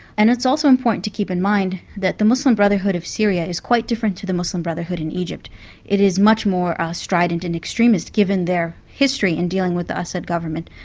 and it's also important to keep in mind that the muslim brotherhood of syria is quite different to the muslim brotherhood in egypt it is much more strident and extremist given their history in dealing with the assad government.